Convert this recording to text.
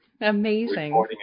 Amazing